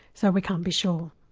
so we can't be sure.